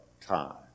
time